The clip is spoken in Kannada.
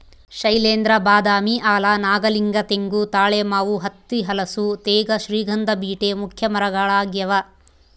ಶೈಲೇಂದ್ರ ಬಾದಾಮಿ ಆಲ ನಾಗಲಿಂಗ ತೆಂಗು ತಾಳೆ ಮಾವು ಹತ್ತಿ ಹಲಸು ತೇಗ ಶ್ರೀಗಂಧ ಬೀಟೆ ಮುಖ್ಯ ಮರಗಳಾಗ್ಯಾವ